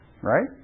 Right